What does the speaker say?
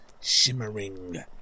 shimmering